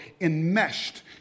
enmeshed